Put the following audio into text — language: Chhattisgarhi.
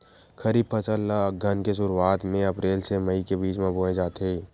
खरीफ फसल ला अघ्घन के शुरुआत में, अप्रेल से मई के बिच में बोए जाथे